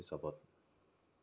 হিচাপত